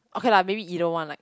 okay lah maybe either one like